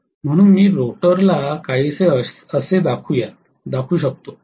म्हणून मी रोटर ला काहीसे असे दाखवू या